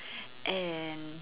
and